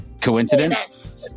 Coincidence